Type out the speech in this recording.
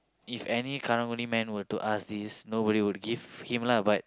if any karang-guni man were to ask this nobody will give him lah